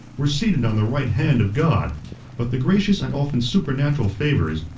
were seated on the right hand if god but the gracious and often supernatural favors,